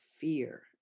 fear